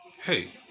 Hey